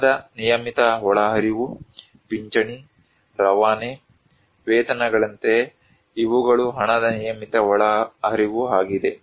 ಹಣದ ನಿಯಮಿತ ಒಳಹರಿವು ಪಿಂಚಣಿ ರವಾನೆ ವೇತನಗಳಂತೆ ಇವುಗಳು ಹಣದ ನಿಯಮಿತ ಒಳಹರಿವು ಆಗಿದೆ